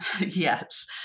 Yes